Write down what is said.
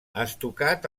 estucat